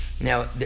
Now